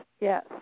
yes